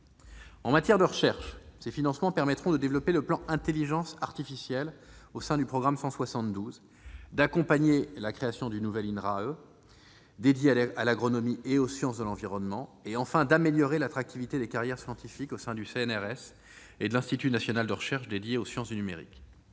En matière de recherche, les financements permettront de développer le plan Intelligence artificielle au sein du programme 172, d'accompagner la création du nouvel Inrae, consacré à l'agronomie et aux sciences de l'environnement, et d'améliorer l'attractivité des carrières scientifiques au sein du CNRS et de l'Institut national de recherche en sciences du numérique.